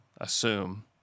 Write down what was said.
assume